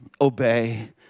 obey